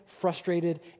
frustrated